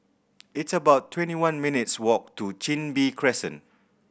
it's about twenty one minutes' walk to Chin Bee Crescent